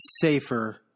safer